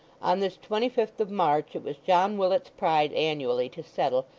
on this twenty-fifth of march, it was john willet's pride annually to settle,